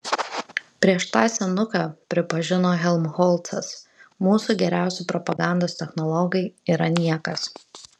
prieš tą senuką pripažino helmholcas mūsų geriausi propagandos technologai yra niekas